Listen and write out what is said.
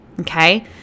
Okay